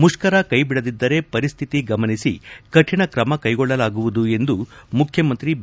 ಮುಷ್ಠರ ಕೈಬಿಡದಿದ್ದರೆ ಪರಿಸ್ಥಿತಿ ಗಮನಿಸಿ ಕಠಿಣಕ್ರಮ ಕೈಗೊಳ್ಳಲಾಗುವುದು ಎಂದು ಮುಖ್ಯಮಂತ್ರಿ ಬಿ